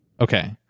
Okay